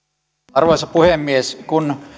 arvoisa puhemies kun